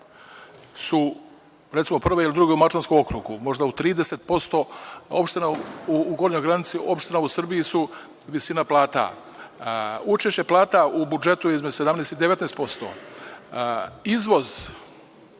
su prve ili druge u Mačvanskom okrugu, možda u 30% u gornjoj granici opština u Srbiji su visine plata. Učešće plata u budžetu je između 17% i 19%. Izvoz